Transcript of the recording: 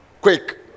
Quick